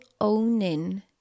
owning